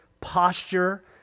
posture